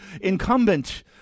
incumbent